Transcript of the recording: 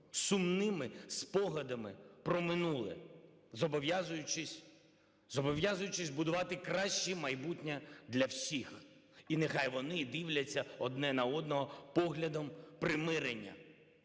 сумними спогадами про минуле зобов'язуючись будувати краще майбутнє для всіх. І нехай вони дивляться одне на одного поглядом примирення".